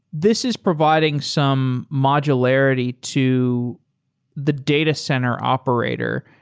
this is providing some modularity to the data center operator.